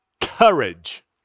courage